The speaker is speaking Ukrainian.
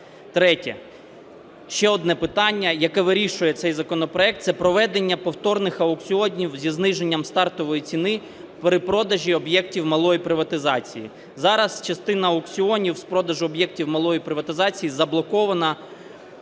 Третє. Ще одне питання, яке вирішує цей законопроект, – це проведення повторних аукціонів зі зниженням стартової ціни при продажу об'єктів малої приватизації. Зараз частина аукціонів з продажу об'єктів малої приватизації заблокована